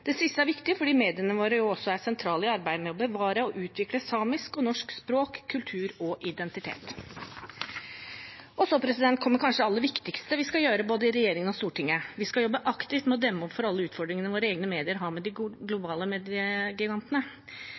Det siste er viktig, fordi mediene våre også er sentrale i arbeidet med å bevare og utvikle samisk og norsk språk, kultur og identitet. Så kommer jeg til kanskje det aller viktigste vi skal gjøre, både i regjeringen og i Stortinget. Vi skal jobbe aktivt med å demme opp for alle våre utfordringene våre egne medier har med de globale mediegigantene.